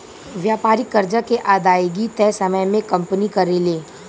व्यापारिक कर्जा के अदायगी तय समय में कंपनी करेले